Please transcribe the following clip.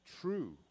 true